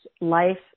life